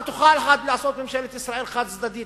מה תוכל עוד ממשלת ישראל לעשות חד-צדדית